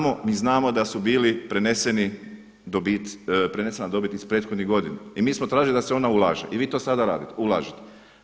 Mi znamo da su bili prenesena dobit iz prethodnih godina i mi smo tražili da se ona ulaže i vi to sada ulažete.